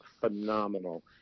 phenomenal